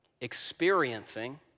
experiencing